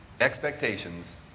expectations